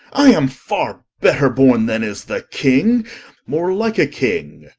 i am farre better borne then is the king more like a king,